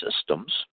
systems